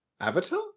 Avatar